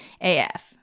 AF